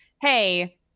hey